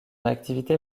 activité